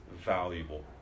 valuable